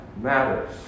matters